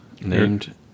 named